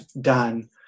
done